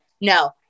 No